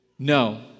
No